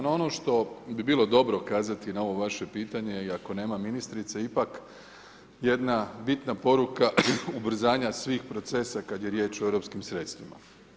No, ono što bi bilo dobro kazati na ovo vaše pitanje i ako nema ministrice ipak jedna bitna poruka ubrzanja svih procesa kada je riječ o europskim sredstvima.